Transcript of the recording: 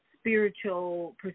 spiritual